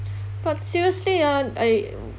but seriously ah I